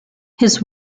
his